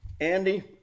Andy